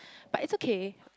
but it's okay